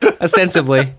ostensibly